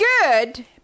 good